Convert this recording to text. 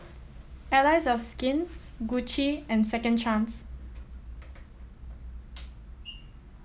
Allies of Skin Gucci and Second Chance